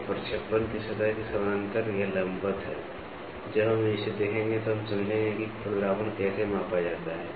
तो प्रक्षेपण के सतह के समानांतर यह लंबवत है जब हम इसे देखेंगे तो हम समझेंगे कि खुरदरापन कैसे मापा जाता है